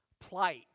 plight